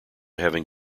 having